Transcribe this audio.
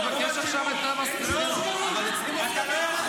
אני מבקש עכשיו את המזכירה --- זה לא שינוי.